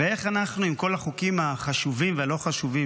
ואיך אנחנו, עם כל החוקים החשובים והלא-חשובים